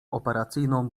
operacyjną